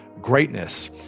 greatness